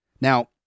Now